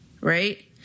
Right